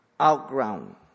outgrown